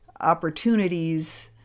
opportunities